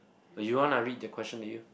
or you want I read the question to you